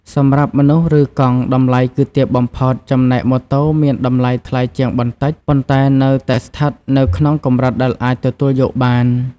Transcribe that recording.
សម្រាប់មនុស្សឬកង់តម្លៃគឺទាបបំផុត ចំណែកម៉ូតូមានតម្លៃថ្លៃជាងបន្តិចប៉ុន្តែនៅតែស្ថិតនៅក្នុងកម្រិតដែលអាចទទួលយកបាន។